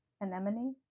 Anemone